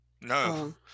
No